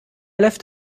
left